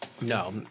no